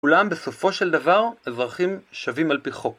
אולם בסופו של דבר אזרחים שווים על פי חוק